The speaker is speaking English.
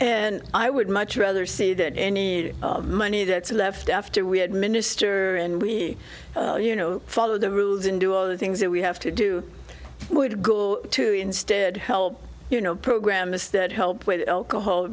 and i would much rather see that any money that's left after we had minister and we you know follow the rules and do all the things that we have to do would go to instead help you know programs that help with